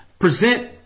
present